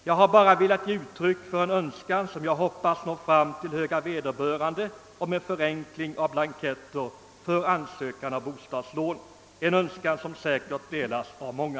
Jag har bara velat ge uttryck för en önskan, som jag hoppas når fram till höga vederbörande, om en förenkling av blanketter för ansökan om bostadslån — en önskan som säkerligen delas av många.